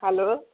hello